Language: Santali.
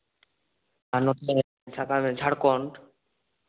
ᱟᱨ ᱱᱚᱛᱮ ᱥᱟᱵ ᱠᱟᱜ ᱢᱮ ᱡᱷᱟᱲᱠᱷᱚᱸᱰ